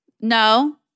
No